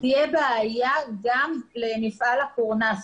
תהיה בעיה גם למפעל הקורנס.